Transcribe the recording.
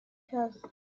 house